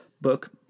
book